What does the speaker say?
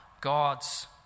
God's